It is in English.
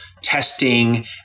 testing